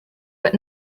but